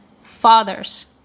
fathers